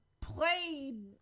played